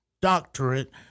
doctorate